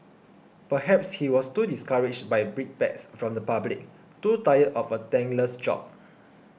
perhaps he was too discouraged by brickbats from the public too tired of a thankless job